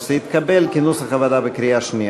התקבל כנוסח הוועדה בקריאה שנייה.